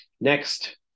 next